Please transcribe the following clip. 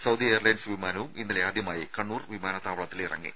Saudi airlines വിമാനവും ഇന്നലെ ആദ്യമായി കണ്ണൂർ വിമാനത്താവളത്തിലിറങ്ങി